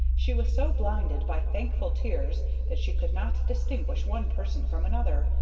she was so blinded by thankful tears that she could not distinguish one person from another,